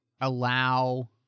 allow